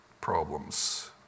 problems